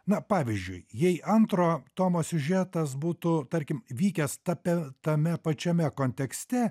na pavyzdžiui jei antro tomo siužetas būtų tarkim vykęs tape tame pačiame kontekste